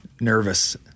nervous